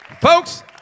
Folks